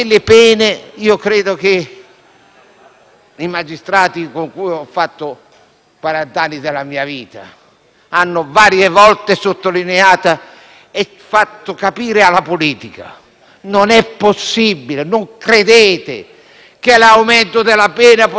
I magistrati con cui ho trascorso quarant'anni della mia vita l'hanno varie volte sottolineato e fatto capire alla politica: non è possibile, non crediate che l'aumento della pena possa avere un'efficacia deterrente.